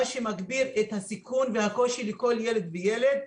מה שמגביר את הסיכון והקושי לכל ילד וילד.